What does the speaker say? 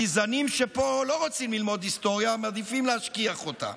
הגזענים שפה לא רוצים ללמוד היסטוריה ומעדיפים להשכיח אותה.